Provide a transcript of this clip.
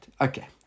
Okay